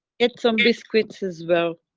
get some biscuits, as well.